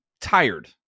tired